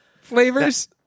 flavors